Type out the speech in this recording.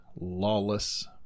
lawless